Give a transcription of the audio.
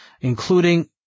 including